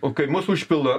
o kai mus užpila